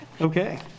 Okay